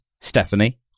Stephanie